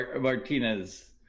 Martinez